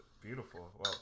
beautiful